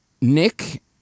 Nick